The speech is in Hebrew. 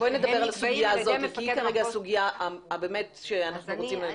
דברי על הסוגיה בה אנחנו רוצים לדבר.